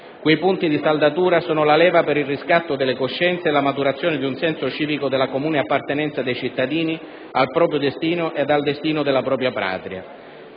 Quei punti di saldatura sono la leva per il riscatto delle coscienze e la maturazione di un senso civico della comune appartenenza dei cittadini al proprio destino ed al destino della propria Patria.